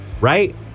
right